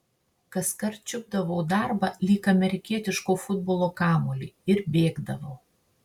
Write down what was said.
kaskart čiupdavau darbą lyg amerikietiško futbolo kamuolį ir bėgdavau